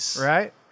Right